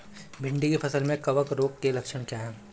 भिंडी की फसल में कवक रोग के लक्षण क्या है?